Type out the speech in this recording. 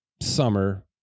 summer